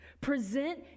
Present